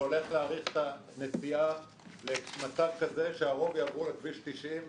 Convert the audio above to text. זה הולך להאריך את הנסיעה למצב כזה שהרוב יעברו לכביש 90,